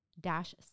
dash